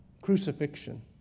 crucifixion